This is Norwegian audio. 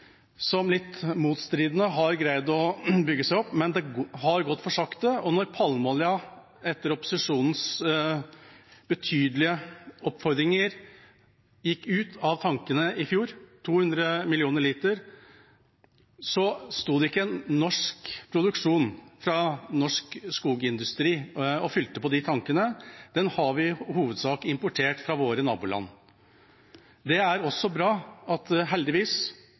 stridd litt, men har greid å bygge seg opp – men det har gått for sakte. Når palmeoljen, etter opposisjonens betydelige oppfordringer, gikk ut av tankene i fjor – 200 mill. liter – var det ikke en norsk produksjon fra norsk skogindustri som sto og fylte på de tankene. Det har vi i hovedsak importert fra våre naboland. Det er bra at det heldigvis